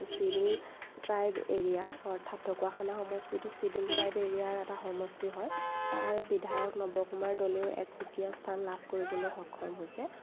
schedule tribe area অৰ্থাৎ ঢকুৱাখানা সমষ্টিটো scheduled tribe এৰিয়াৰ এটা সমষ্টি হয় তাৰ বিধায়ক নৱ কুমাৰ দলেও এক সুকীয়া স্থান লাভ কৰিবলৈ সক্ষম হৈছে